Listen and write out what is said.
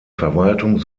verwaltung